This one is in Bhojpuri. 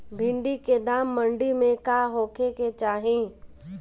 भिन्डी के दाम मंडी मे का होखे के चाही?